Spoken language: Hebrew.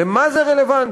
למה זה רלוונטי?